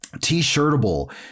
T-shirtable